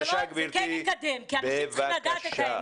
זה כן יקדם, כי אנשים צריכים לדעת את האמת.